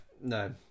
no